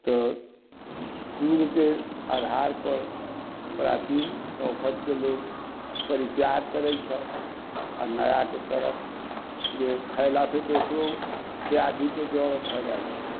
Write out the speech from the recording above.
तऽ यूगके आधारपर प्राचीन वखतके लोग परित्याग करै छथि आओर नयाके तरफ जे खैलासँ दोसरो व्याधिके जड़ भऽ जाइ छै